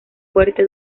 fuerte